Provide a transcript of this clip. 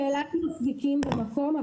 --- במקום.